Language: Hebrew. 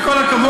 עם כל הכבוד,